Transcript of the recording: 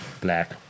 Black